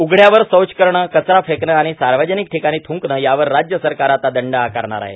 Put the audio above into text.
उघडयावर शौच करणं कचरा फेकणं आणि सार्वजनिक ठिकाणी थुंकण यावर राज्य सरकार आता दंड आकारणार आहे